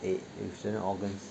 a sense organs